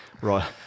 right